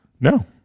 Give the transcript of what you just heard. No